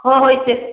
ꯍꯣꯍꯣꯏ ꯏꯆꯦ